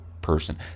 person